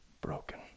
broken